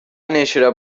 nàixer